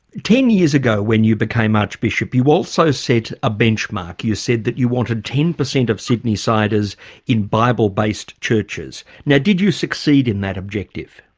ten years ago when you became archbishop, you also set a benchmark. you said that you wanted ten per cent of sydneysiders in bible-based churches. now did you succeed in that objective?